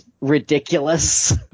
ridiculous